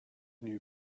knew